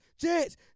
Jets